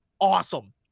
awesome